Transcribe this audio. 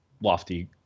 lofty